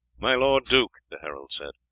my lord duke, the herald said,